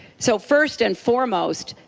so first and foremost,